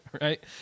Right